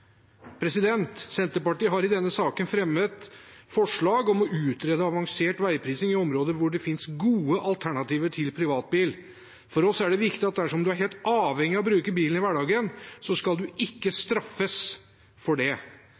Senterpartiet har i denne saken fremmet forslag om å utrede avansert veiprising i områder hvor det finnes gode alternativer til privatbil. For oss er det viktig at dersom man er helt avhengig av å bruke bil i hverdagen, skal man ikke straffes for det.